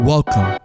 Welcome